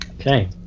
Okay